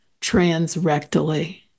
transrectally